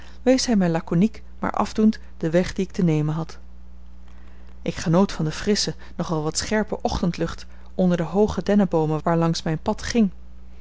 wees hij mij lakoniek maar afdoend den weg dien ik te nemen had ik genoot van de frissche nog wel wat scherpe ochtendlucht onder de hooge denneboomen waarlangs mijn pad ging